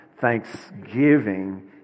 Thanksgiving